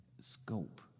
scope